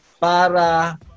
Para